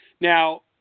now